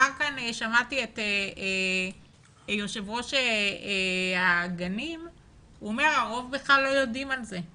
שמעתי את יושב ראש הגנים שאומר שהרוב בכלל לא יודעים על זה.